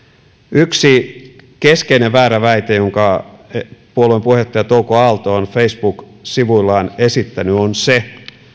yksi keskeinen väärä väite jonka puolueen puheenjohtaja touko aalto on facebook sivuillaan esittänyt on se